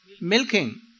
milking